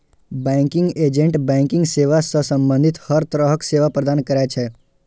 banking agent banking सेवा सं संबंधित हर तरहक सेवा प्रदान करै छै